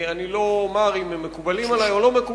בלי שום קשר לשאלה אם מסכימים לדברים או לא,